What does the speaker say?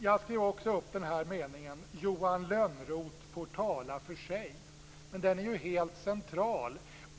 Jag skrev också upp den här meningen: Johan Lönnroth får tala för sig. Den är ju helt central.